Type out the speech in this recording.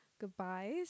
goodbyes